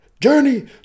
Journey